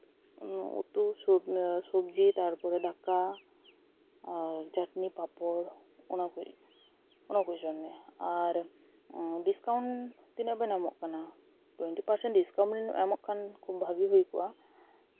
ᱩᱛᱩ ᱥᱚᱵᱡᱤ ᱛᱟᱨᱯᱚᱨᱮ ᱫᱟᱠᱟ ᱪᱟᱴᱱᱤ ᱯᱟᱯᱚᱲ ᱚᱱᱟ ᱠᱚᱡ ᱚᱱᱟ ᱠᱚ ᱡᱚᱢ ᱧᱩᱭᱟ ᱟᱨ ᱰᱤᱥᱠᱟᱣᱩᱱᱴ ᱛᱤᱱᱟᱹᱜ ᱵᱮᱱ ᱮᱢᱚᱜ ᱠᱟᱱᱟ ᱴᱩᱭᱮᱱᱴᱤ ᱯᱟᱨᱥᱮᱱᱴ ᱰᱤᱥᱠᱟᱣᱩᱱᱴ ᱮᱢᱚᱜ ᱠᱷᱟᱱ ᱵᱷᱟᱜᱮ ᱦᱩᱭ ᱠᱚᱜᱼᱟ